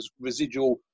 residual